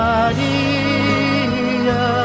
Maria